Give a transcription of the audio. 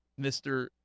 Mr